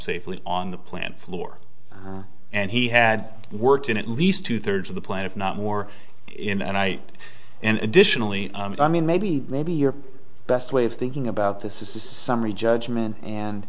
safely on the plant floor and he had worked in at least two thirds of the plan if not more in and i and additionally i mean maybe maybe your best way of thinking about this is a summary judgment and